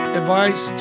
advice